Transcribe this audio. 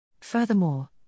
Furthermore